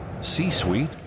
C-Suite